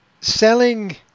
selling